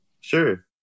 Sure